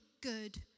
good